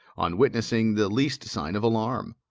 on witnessing the least sign of alarm.